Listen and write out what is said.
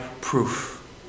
proof